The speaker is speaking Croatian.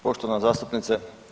Poštovana zastupnice.